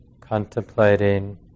contemplating